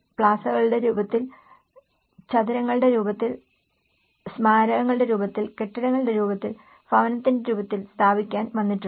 പ്ലാസകളുടെ രൂപത്തിൽ ചതുരങ്ങളുടെ രൂപത്തിൽ സ്മാരകങ്ങളുടെ രൂപത്തിൽ കെട്ടിടങ്ങളുടെ രൂപത്തിൽ ഭവനത്തിന്റെ രൂപത്തിൽ സ്ഥാപിക്കാൻ വന്നിട്ടുണ്ട്